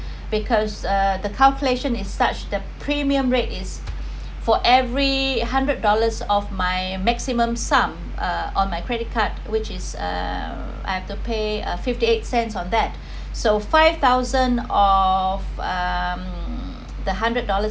because uh the calculation is such the premium rate is for every hundred dollars of my maximum sum uh on my credit card which is uh I have to pay a fifty eight cents on that so five thousand of um the hundred dollars